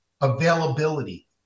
availability